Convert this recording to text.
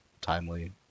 timely